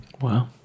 Wow